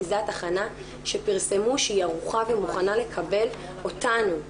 זה התחנה שפרסמו שהיא ערוכה ומוכנה לקבל אותנו,